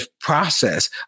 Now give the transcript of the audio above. process